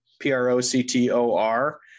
P-R-O-C-T-O-R